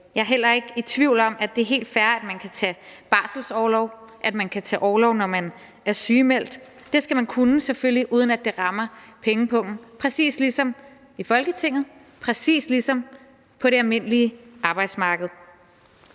Jeg er heller ikke tvivl om, at det er helt fair, at man kan tage barselsorlov, at man kan tage orlov, når man er sygemeldt. Det skal man selvfølgelig kunne, uden at det rammer pengepungen, præcis ligesom i Folketinget, præcis ligesom på det almindelige arbejdsmarked.